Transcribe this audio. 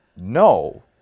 no